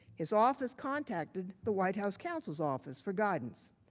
his office contacted the white house counsel's office for guidance.